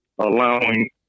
allowing